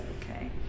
okay